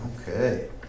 Okay